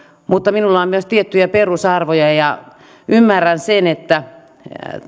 mutta minulla on myös tiettyjä perusarvoja ja ymmärrän sen että